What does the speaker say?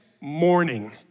morning